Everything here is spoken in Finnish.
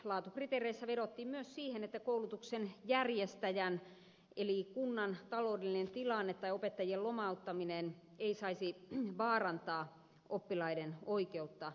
laatukriteereissä vedottiin myös siihen että koulutuksen järjestäjän eli kunnan taloudellinen tilanne tai opettajien lomauttaminen ei saisi vaarantaa oppilaiden oikeutta opetukseen